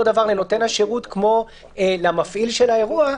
דבר לנותן השירות כמו למפעיל של האירוע,